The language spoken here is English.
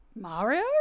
Mario